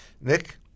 Nick